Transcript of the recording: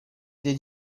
did